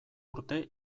urte